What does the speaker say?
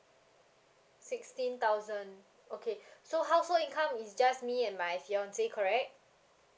sixteen thousand okay so household income is just me and my fiancé correct